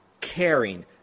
caring